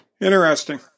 Interesting